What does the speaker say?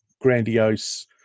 grandiose